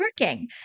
working